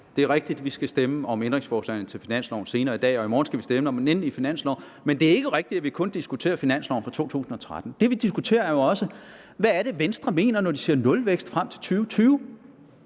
Det er rigtigt, at vi skal stemme om ændringsforslagene til finansloven senere i dag, og i morgen skal vi stemme om den endelige finanslov, men det er ikke rigtigt, at vi kun diskuterer finansloven for 2013. Det, vi diskuterer, er jo også, hvad det er, Venstre mener, når de siger nulvækst frem til 2020.